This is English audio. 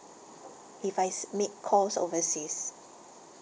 if I s~ make calls overseas